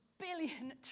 billion